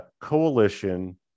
coalition